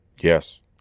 Yes